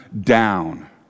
down